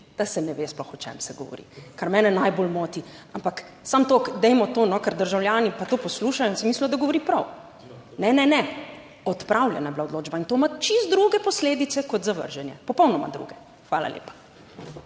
da se ne ve sploh, o čem se govori, kar mene najbolj moti. Ampak samo toliko, dajmo to, ker državljani pa to poslušajo in si mislijo, da govori prav. Ne, ne, ne. Odpravljena je bila odločba in to ima čisto druge posledice kot zavrženje popolnoma druge. Hvala lepa.